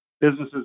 businesses